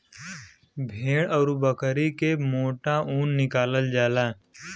भेड़ आउर बकरी से मोटा ऊन निकालल जाला